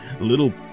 little